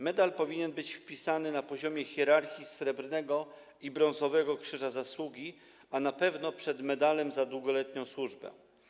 Medal powinien być wpisany na poziomie hierarchii Srebrnego i Brązowego Krzyża Zasługi, a na pewno przed Medalem za Długoletnią Służbę.